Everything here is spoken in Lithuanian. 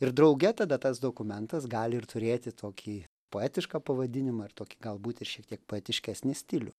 ir drauge tada tas dokumentas gali ir turėti tokį poetišką pavadinimą ir tokį galbūt ir šiek tiek poetiškesni stilių